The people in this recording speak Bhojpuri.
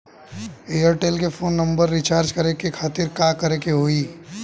एयरटेल के फोन नंबर रीचार्ज करे के खातिर का करे के होई?